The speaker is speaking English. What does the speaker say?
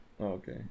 Okay